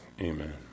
Amen